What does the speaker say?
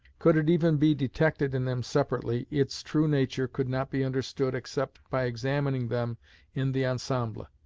could it even be detected in them separately, its true nature could not be understood except by examining them in the ensemble.